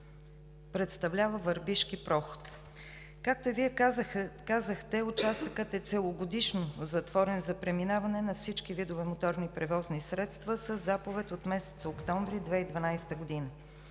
представлява Върбишкия проход. Както и Вие казахте, участъкът е целогодишно затворен за преминаване на всички видове моторни превозни средства със заповед от месец октомври 2012 г.